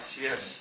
Yes